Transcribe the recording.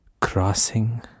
crossing